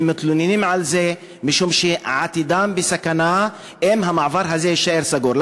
והם מתלוננים על זה משום שעתידם בסכנה אם המעבר הזה יישאר סגור.